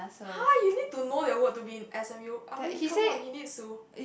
!huh! you need to know that word to be in S_N_U I mean come on he needs to